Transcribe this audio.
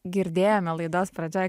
girdėjome laidos pradžioj